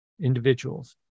individuals